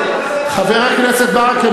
חבר הכנסת ברכה,